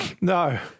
no